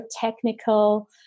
technical